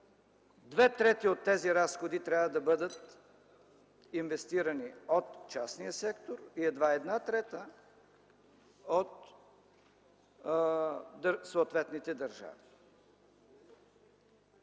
две трети от тези разходи трябва да бъдат инвестирани от частния сектор и едва една трета – от съответните държави.